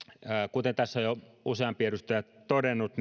kuten tässä jo useampi edustaja on todennut